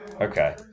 Okay